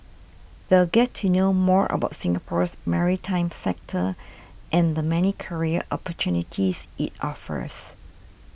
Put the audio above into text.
they'll get to know more about Singapore's maritime sector and the many career opportunities it offers